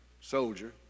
soldier